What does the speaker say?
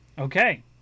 Okay